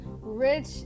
rich